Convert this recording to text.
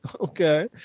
Okay